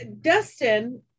dustin